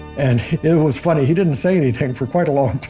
and it was funny. he didn't say anything for quite a long